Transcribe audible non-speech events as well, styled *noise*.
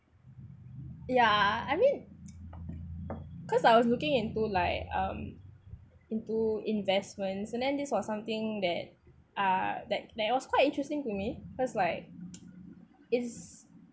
ya I mean cause I was looking into like um into investments and then this was something that uh that that it was quite interesting to me cause like *noise* it's